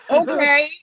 Okay